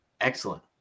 excellent